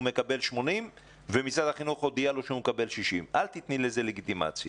מקבלים 80 ומשרד החינוך הודיע להם שהם מקבלים 60. אל תתני לזה לגיטימציה.